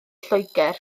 lloegr